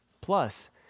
plus